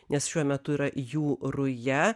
nes šiuo metu yra jų ruja